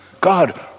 God